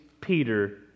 Peter